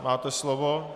Máte slovo.